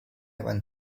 went